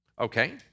Okay